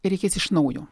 reikės iš naujo